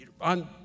on